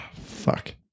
fuck